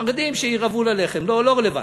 חרדים, שירעבו ללחם, לא רלוונטי.